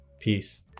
Peace